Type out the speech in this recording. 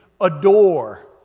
adore